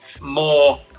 more